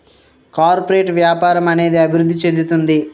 corporate వ్యాపారం అనేది అభివృద్ధి చెందుతుంది